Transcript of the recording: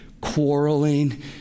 quarreling